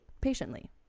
patiently